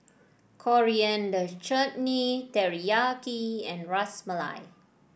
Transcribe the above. Coriander Chutney Teriyaki and Ras Malai